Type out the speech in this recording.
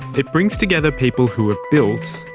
it brings together people who have built,